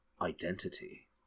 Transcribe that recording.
identity